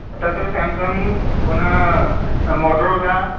तत्र सम्सङ्ग् पुनः मोटरोला